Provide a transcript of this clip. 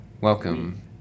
Welcome